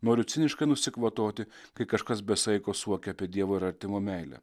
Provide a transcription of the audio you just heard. noriu ciniškai nusikvatoti kai kažkas be saiko suokia apie dievo ir artimo meilę